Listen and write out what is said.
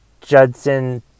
Judson